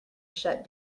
shut